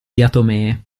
diatomee